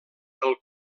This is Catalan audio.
del